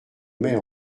mets